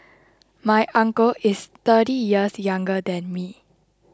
my uncle is thirty years younger than me